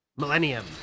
Millennium